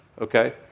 okay